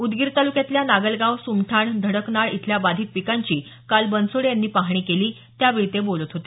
उदगीर तालुक्यातल्या नागलगाव सुमठाण धडकनाळ इथल्या बाधित पिकांची काल बनसोडे यांनी पाहणी केली त्यावेळी ते बोलत होते